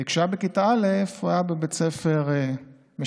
כשהיה בכיתה א' הוא היה בבית ספר משלב,